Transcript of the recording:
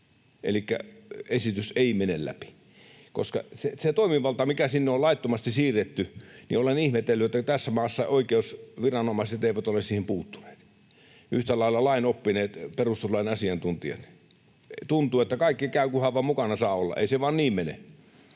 elikkä esitys ei mene läpi. Sitä toimivaltaa on sinne laittomasti siirretty, ja olen ihmetellyt, että tässä maassa oikeusviranomaiset eivät ole siihen puuttuneet, eivätkä yhtä lailla lainoppineet, perustuslain asiantuntijat. Tuntuu, että kaikki käy, kunhan vain mukana saa olla. Ei se vaan niin mene.